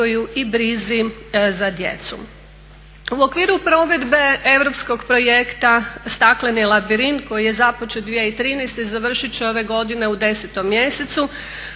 U okviru provedbe europskog projekta "Stakleni labirint" koji je započet 2013.završit će ove godine u 10. mjesecu